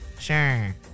sure